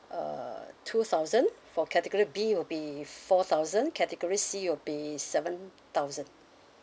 uh two thousand for category B will be four thousand category C will be seven thousand